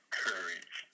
courage